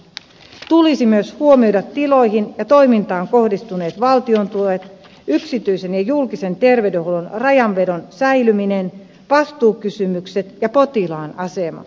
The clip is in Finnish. tulisi myös huomioida tiloihin ja toimintaan kohdistuneet valtion tuet yksityisen ja julkisen terveydenhuollon rajanvedon säilyminen vastuukysymykset ja potilaan asema